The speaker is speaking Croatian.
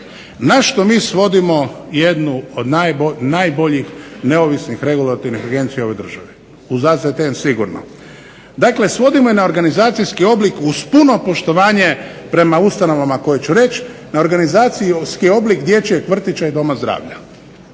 na što mi svodimo jednu od najboljih neovisnih regulativnih agencija u ovoj državi, uz AZTM sigurno. Dakle, svodimo je na organizacijski oblik uz puno poštovanje prema ustanovama koje ću reći, na organizacijski oblik dječjeg vrtića i doma zdravlja.